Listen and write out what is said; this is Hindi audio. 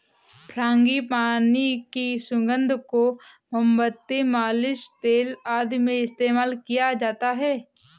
फ्रांगीपानी की सुगंध को मोमबत्ती, मालिश तेल आदि में इस्तेमाल किया जाता है